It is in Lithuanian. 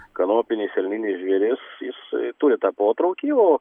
kanopinis elninis žvėris jis turi tą potraukį o